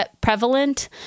prevalent